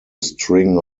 string